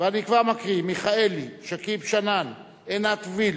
אני כבר מקריא: מיכאלי, שכיב שנאן, עינת וילף,